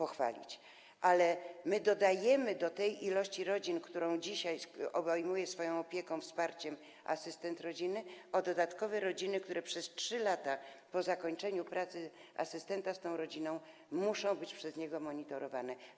Otóż dodajemy do tej ilości rodzin, które dzisiaj obejmuje swoją opieką, wsparciem asystent rodziny, dodatkowe rodziny, które przez 3 lata od zakończenia pracy asystenta z daną rodziną muszą być przez niego monitorowane.